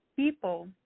people